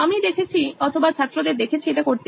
আমি দেখেছি অথবা ছাত্রদের দেখেছি এটা করতে